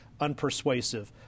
unpersuasive